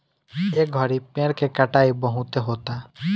ए घड़ी पेड़ के कटाई बहुते होता